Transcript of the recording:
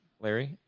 Larry